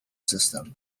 system